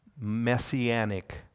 messianic